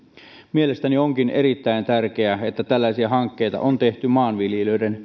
mielestäni onkin erittäin tärkeää että tällaisia hankkeita on tehty maanviljelijöiden